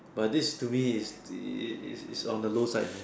but that's to me is is is on the low side man